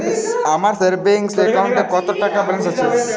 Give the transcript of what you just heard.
আমার সেভিংস অ্যাকাউন্টে কত টাকা ব্যালেন্স আছে?